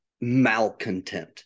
malcontent